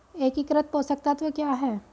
एकीकृत पोषक तत्व क्या है?